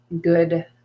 good